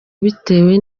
bitewe